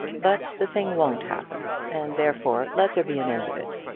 but the thing won't happen, and therefore let there be an end of it.